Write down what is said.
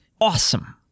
Awesome